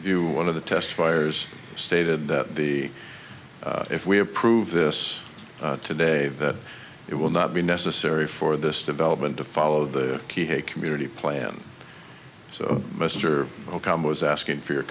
view one of the test fires stated that the if we approve this today that it will not be necessary for this development to follow the key a community plan so mr okama was asking for your